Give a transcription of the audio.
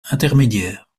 intermédiaire